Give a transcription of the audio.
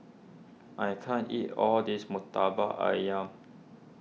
I can't eat all this Murtabak Ayam